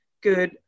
good